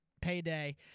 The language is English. payday